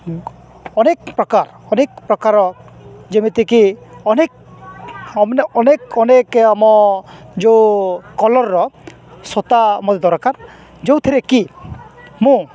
ଅନେକ ପ୍ରକାର ଅନେକ ପ୍ରକାର ଯେମିତିକି ଅନେକ ଆ ଅନେକ ଅନେକ ଆମ ଯେଉଁ କଲରର ସୁତା ମୋର ଦରକାର ଯେଉଁଥିରେକି ମୁଁ